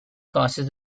causes